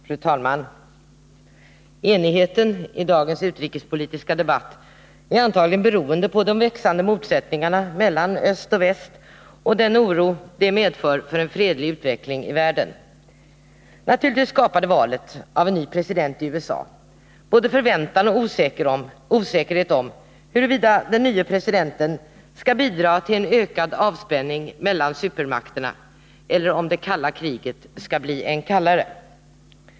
Fru talman! Enigheten i dagens utrikespolitiska debatt beror antagligen på de växande motsättningarna mellan öst och väst och den oro dessa skapar när det gäller en fredlig utveckling i världen. Naturligtvis skapade valet av en ny president i USA både förväntan och osäkerhet om huruvida den nye presidenten skulle bidra till en ökad avspänning mellan supermakterna eller om det kalla kriget skulle bli än kallare.